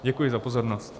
Děkuji za pozornost.